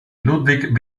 ludwig